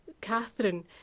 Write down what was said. Catherine